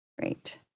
Great